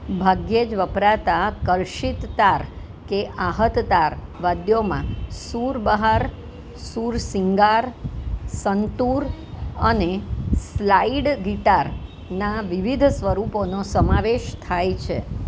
ભાગ્યે જ વપરાતાં કર્ષિત તાર કે આહત તાર વાદ્યોમાં સૂર બહાર સૂર સિંગાર સંતૂર અને સ્લાઇડ ગિટારના વિવિધ સ્વરૂપોનો સમાવેશ થાય છે